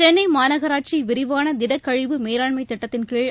சென்னை மாநகராட்சி விரிவான திடக்கழிவு மேலாண்மை திட்டத்தின் கீழ்